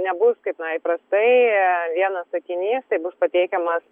nebus kaip na įprastai vienas sakinys tai bus pateikiamas